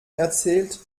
erzählt